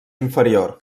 inferior